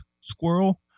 squirrel